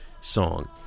song